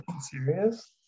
serious